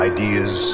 Ideas